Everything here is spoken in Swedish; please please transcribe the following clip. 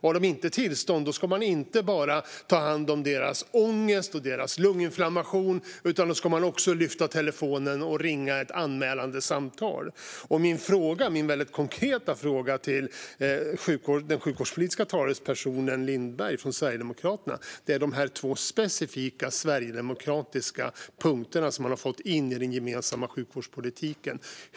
Har de inte tillstånd ska man inte bara ta hand om deras ångest och deras lunginflammation, utan då ska man också lyfta telefonen och ringa ett anmälande samtal. Min väldigt konkreta fråga till den sjukvårdspolitiska talespersonen Lindberg från Sverigedemokraterna gäller dessa två specifika sverigedemokratiska punkter som man har fått in i den gemensamma sjukvårdspolitiken.